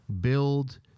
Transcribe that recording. build